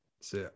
See